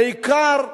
בעיקר בישראל,